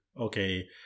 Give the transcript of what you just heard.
okay